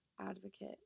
advocate